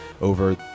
over